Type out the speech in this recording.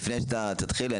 לפני שאתה תתחיל,